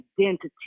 identity